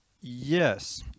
yes